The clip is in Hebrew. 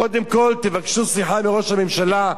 קודם כול תבקשו סליחה מראש הממשלה,